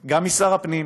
גם משר הפנים,